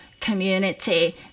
community